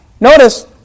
notice